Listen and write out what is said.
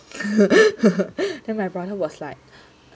then my brother was like